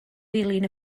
ddilyn